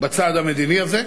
בצד המדיני הזה,